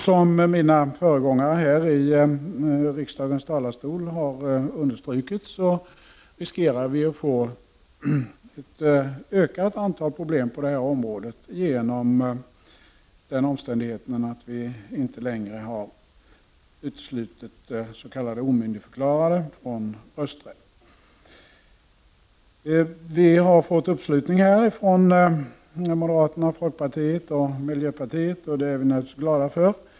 Som mina föregångare här i riksdagens talarstol har understrukit riskerar vi ett ökat antal problem på detta område genom den omständigheten att vi inte längre utesluter s.k. omyndigförklarade från rösträtt. Vårt förslag har fått uppslutning från moderaterna, folkpartiet och miljöpartiet. Det är vi naturligtvis glada för.